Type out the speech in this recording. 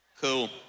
Cool